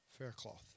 Faircloth